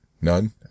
none